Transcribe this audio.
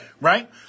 Right